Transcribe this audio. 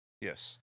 Yes